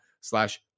slash